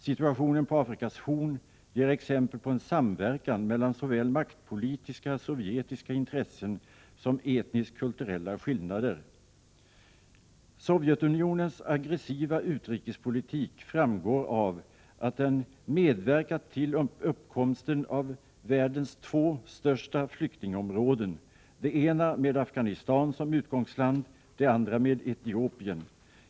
Situationen på Afrikas horn ger exempel på en samverkan mellan såväl maktpolitiska sovjetiska intressen som etnisk-kulturella skillnader. Sovjetunionens aggressiva utrikespolitik framgår av att den medverkat till uppkomsten av världens två största flyktingområden — det ena med Afghanistan som utgångsland, det andra med Etiopien.